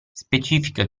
specifica